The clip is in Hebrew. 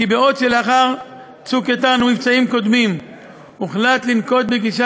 כי בעוד שלאחר "צוק איתן" ומבצעים קודמים הוחלט לנקוט גישה